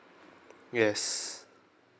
yes